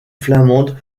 flamande